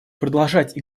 продолжать